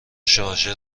شارژر